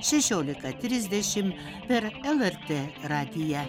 šešiolika trisdešimt per lrt radiją